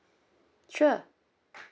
sure